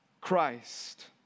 Christ